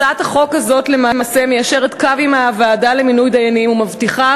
הצעת החוק הזאת למעשה מיישרת קו עם הוועדה למינוי דיינים ומבטיחה